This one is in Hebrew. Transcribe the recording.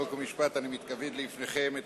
חוק ומשפט אני מתכבד להביא בפניכם את